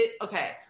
okay